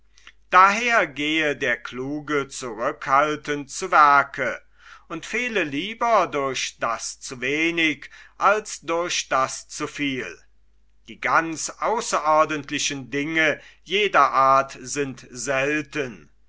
daher gehe der kluge zurückhaltend zu werke und fehle lieber durch das zuwenig als durch das zuviel die ganz außerordentlichen dinge jeder art sind selten